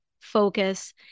focus